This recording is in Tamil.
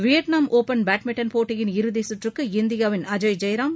வியட்நாம் ஒப்பன் பேட்மிண்டன் போட்டியின் இறுதி சுற்றுக்கு இந்தியாவின் அஜய் ஜெயராம்